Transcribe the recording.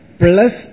plus